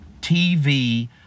TV